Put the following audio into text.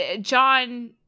John